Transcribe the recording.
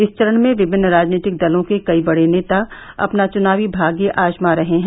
इस चरण में विभिन्न राजनीतिक दलों के कई बड़े नेता अपना चुनावी भाग्य आजमा रहे हैं